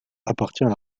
appartient